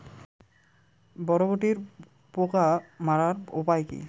বরবটির পোকা মারার উপায় কি?